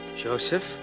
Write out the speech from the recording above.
Joseph